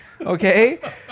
okay